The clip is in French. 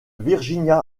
virginia